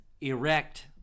erect